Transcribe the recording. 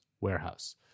warehouse